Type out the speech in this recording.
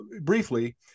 briefly